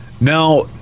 Now